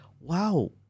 wow